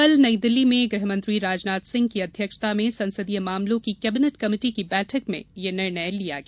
कल नई दिल्ली में गृह मंत्री राजनाथ सिंह की अध्यक्षता में संसदीय मामलों की कैबिनेट कमेटी की बैठक में यह निर्णय लिया गया